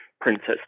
princess